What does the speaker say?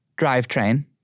drivetrain